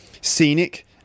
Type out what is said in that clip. Scenic